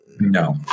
No